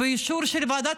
באישור של ועדת